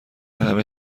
همه